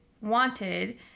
wanted